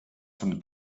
von